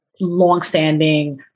longstanding